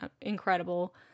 incredible